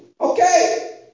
Okay